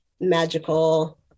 magical